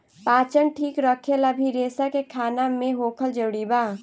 पाचन ठीक रखेला भी रेसा के खाना मे होखल जरूरी बा